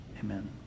amen